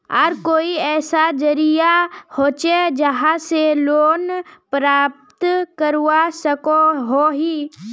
आर कोई ऐसा जरिया होचे जहा से लोन प्राप्त करवा सकोहो ही?